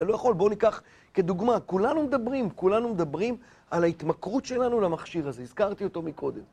אתה לא יכול... בואו ניקח כדוגמה, כולנו מדברים, כולנו מדברים על ההתמכרות שלנו למכשיר הזה, הזכרתי אותו מקודם.